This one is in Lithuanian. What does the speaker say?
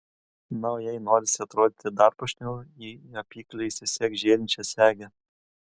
na o jei norisi atrodyti dar puošniau į apykaklę įsisek žėrinčią segę